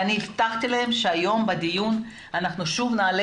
אני הבטחתי להם שהיום בדיון אנחנו שוב נעלה